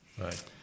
Right